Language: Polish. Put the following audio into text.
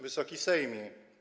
Wysoki Sejmie!